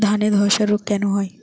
ধানে ধসা রোগ কেন হয়?